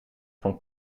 van